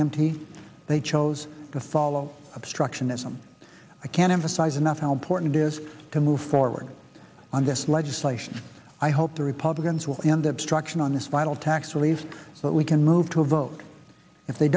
mt they chose to follow obstructionism i can't emphasize enough how important it is move forward on this legislation i hope the republicans will end obstruction on this vital tax relief but we can move to a vote if they